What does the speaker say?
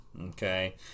okay